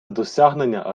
досягнення